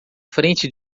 frente